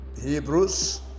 Hebrews